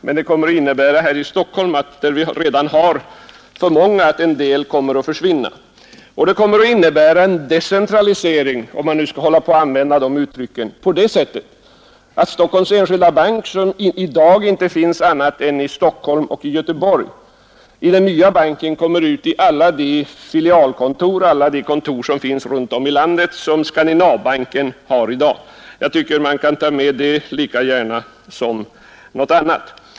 Den kommer också att medföra en decentralisering — om vi nu skall använda det uttrycket. Stockholms enskilda bank har i dag kontor bara i Stockholm och Göteborg, medan den nya banken kommer att få kontor runt om i landet på alla de orter där Skandinaviska banken har kontor. Det argumentet kan tas med lika gärna som något annat.